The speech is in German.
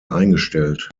eingestellt